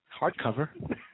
Hardcover